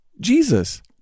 Jesus